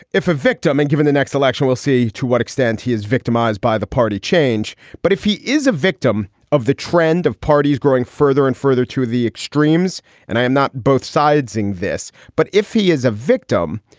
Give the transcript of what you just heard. if a victim and given the next election, we'll see to what extent he is victimized by the party change. but if he is a victim of the trend of parties growing further and further to the extremes and i am not both sides in this. but if he is a victim,